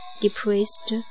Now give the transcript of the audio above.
depressed